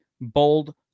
bold